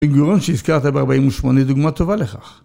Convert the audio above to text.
וגורם שהזכרת ב-48 דוגמה טובה לכך.